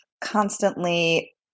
constantly